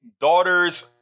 daughters